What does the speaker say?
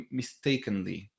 mistakenly